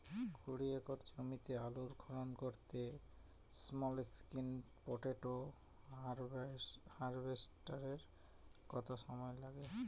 কুড়ি একর জমিতে আলুর খনন করতে স্মল স্কেল পটেটো হারভেস্টারের কত সময় লাগবে?